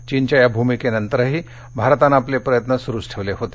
चीनच्या या भूमिकेनंतरही भारतानं प्रयत्न सुरूच ठेवले होते